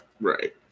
Right